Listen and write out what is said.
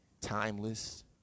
timeless